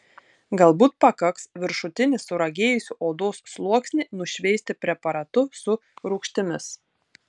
galbūt pakaks viršutinį suragėjusį odos sluoksnį nušveisti preparatu su rūgštimis